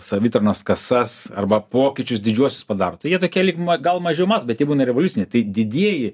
savitarnos kasas arba pokyčius didžiuosius padaro tai jie tokie lyg ma gal mažiau matomi bet tie būna revoliuciniai tai didieji